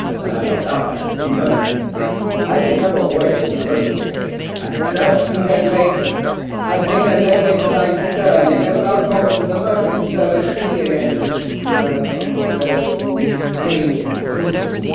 i have no doubt. i shall soon learn i've been several voyages in the merchant service and i think i see that leg i'll take that leg away from thy stern if ever thou talkest of the merchant service to me again merchant service indeed flames and flukes